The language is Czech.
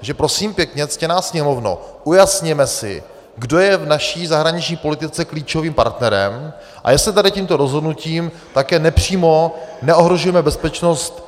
Takže prosím pěkně, ctěná Sněmovno, ujasněme si, kdo je v naší zahraniční politice klíčovým partnerem a jestli tady tímto rozhodnutím také nepřímo neohrožujeme bezpečnost